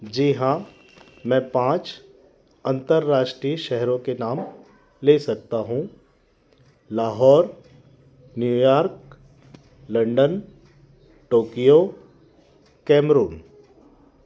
जी हाँ मैं पाँच अंतर्राष्टीय शहरों के नाम ले सकता हूँ Lahore New York London Tokyo Cameroon